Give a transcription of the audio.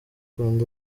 and